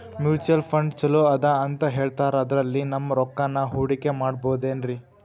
Mutual fund ಛಲೋ ಅದಾ ಅಂತಾ ಹೇಳ್ತಾರ ಅದ್ರಲ್ಲಿ ನಮ್ ರೊಕ್ಕನಾ ಹೂಡಕಿ ಮಾಡಬೋದೇನ್ರಿ?